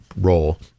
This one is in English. role